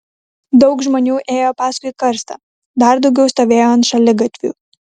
daug žmonių ėjo paskui karstą dar daugiau stovėjo ant šaligatvių